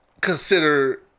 Consider